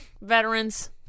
veterans